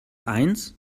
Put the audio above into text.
eins